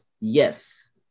Yes